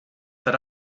that